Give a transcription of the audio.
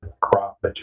crop